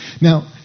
now